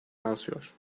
yansıyor